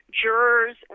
jurors